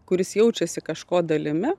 kuris jaučiasi kažko dalimi